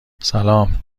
سلام